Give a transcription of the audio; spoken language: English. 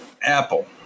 Apple